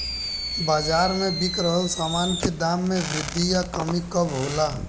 बाज़ार में बिक रहल सामान के दाम में वृद्धि या कमी कब होला?